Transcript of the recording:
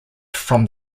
from